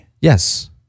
Yes